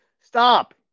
stop